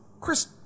Chris